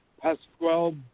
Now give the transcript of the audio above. Pasquale